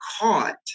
caught